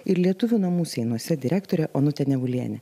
ir lietuvių namų seinuose direktore onute nevuliene